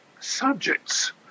subjects